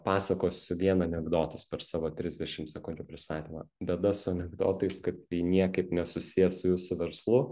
pasakosiu vien anekdotus per savo trisdešim sekundžių pristatymą bėda su anekdotais kad tai niekaip nesusiję su jūsų verslu